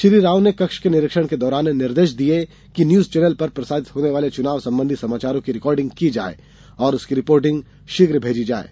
श्री राव ने कक्ष के निरीक्षण के दौरान निर्देश दिये कि न्यूज चैनल पर प्रसारित होने वाले चुनाव संबंधी समाचारों की रिकॉर्डिंग की जाये और उसकी रिपोर्ट शीघ्र भेजी जायें